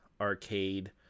arcade